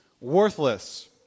worthless